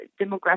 demographic